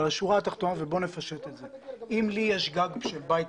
אבל השורה התחתונה היא שאם לי יש גג פרטי,